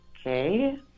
Okay